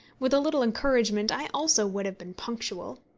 with a little encouragement, i also would have been punctual.